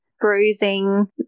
bruising